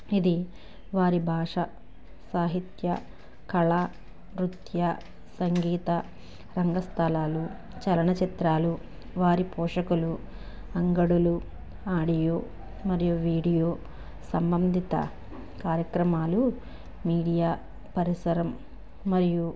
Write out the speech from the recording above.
ఇది వారి భాష సాహిత్య కళా నృత్య సంగీత రంగస్థలాలు చలన చిత్రాలు వారి పోషకులు అంగడులు ఆడియో మరియు వీడియో సంబంధిత కార్యక్రమాలు మీడియా పరిసరం మరియు